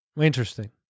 interesting